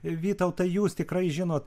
vytautai jūs tikrai žinot